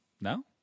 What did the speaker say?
No